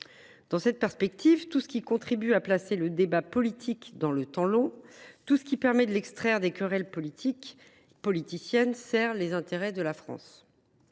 Dans cette perspective, tout ce qui contribue à inscrire le débat politique dans le temps long, tout ce qui permet de l’extraire des querelles politiciennes, sert les intérêts de la France.